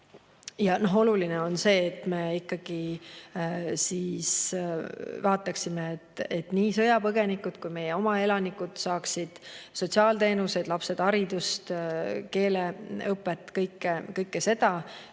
Oluline on see, et me ikkagi vaataksime, et nii sõjapõgenikud kui ka meie oma elanikud saaksid sotsiaalteenuseid, lapsed haridust, keeleõpet ja kõike